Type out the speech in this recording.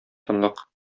тынлык